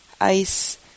ice